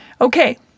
Okay